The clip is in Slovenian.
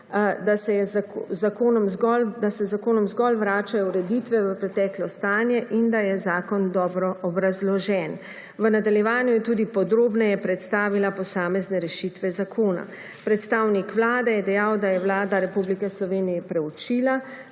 da se z zakonom zgolj vračajo ureditve v preteklo stanje in da je zakon dobro obrazložen. V nadaljevanju je tudi podrobneje predstavila posamezne rešitve zakona. Predstavnik vlade je dejal, da je Vlada Republike Slovenije preučila